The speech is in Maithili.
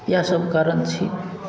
इएह सब कारण छी